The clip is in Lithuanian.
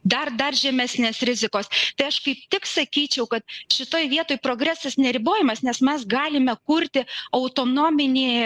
dar dar žemesnės rizikos tai aš kaip tik sakyčiau kad šitoj vietoj progresas neribojamas nes mes galime kurti autonominį